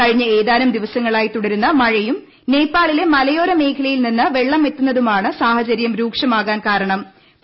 കഴിഞ്ഞ ഏതാനും ദിവസങ്ങളായി തുടരുന്ന മഴയും നേപ്പാളിലെ മലയോര മേഖലയിൽ നിന്ന് വെള്ളം എത്തുന്നതുമാണ് സാഹചര്യം രൂക്ഷമാകാൻ കാരണ്ണം